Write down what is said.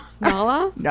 Nala